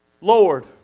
Lord